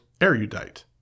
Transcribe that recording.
erudite